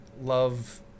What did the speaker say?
love